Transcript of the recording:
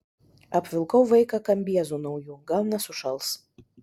apvilkau vaiką kambiezu nauju gal nesušals